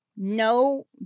No